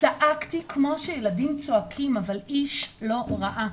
"צעקתי כמו שילדים צועקים אבל איש לא ראה".